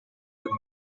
with